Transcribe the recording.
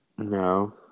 No